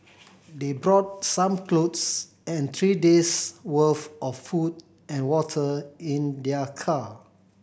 they brought some clothes and three day's worth of food and water in their car